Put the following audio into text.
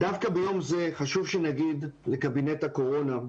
דווקא ביום זה חשוב שנגיד לקבינט הקורונה,